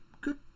Good